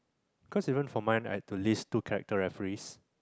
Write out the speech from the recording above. cause even for mine I've to list two character referees